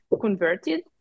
converted